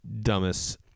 dumbest